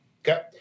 okay